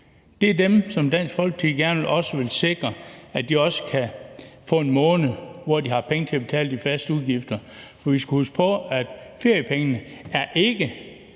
Det er dem, som Dansk Folkeparti også gerne vil sikre, i forhold til at de også har en måned, hvor de har penge til at betale de faste udgifter. For vi skal huske på, at feriepengene ikke